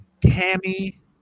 Tammy